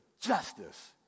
justice